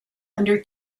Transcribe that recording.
under